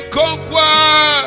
conquer